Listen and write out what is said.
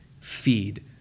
Feed